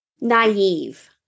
naive